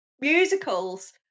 musicals